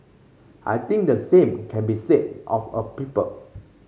I think the same can be said of a people